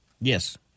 Yes